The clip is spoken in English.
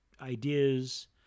ideas